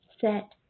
set